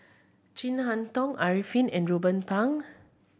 Chin Harn Tong Arifin and Ruben Pang